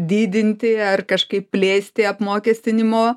didinti ar kažkaip plėsti apmokestinimo